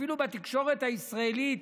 אפילו בתקשורת הישראלית,